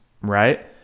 right